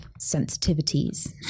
sensitivities